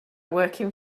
working